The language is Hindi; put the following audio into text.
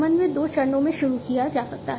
समन्वय दो चरणों में शुरू किया जा सकता है